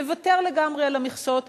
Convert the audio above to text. לוותר לגמרי על המכסות,